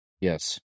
Yes